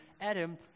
Adam